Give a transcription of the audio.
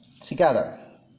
together